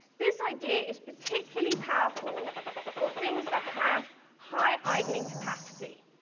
this idea is particularly powerful for things that have high-idling capacity.